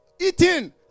eating